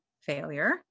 failure